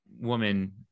woman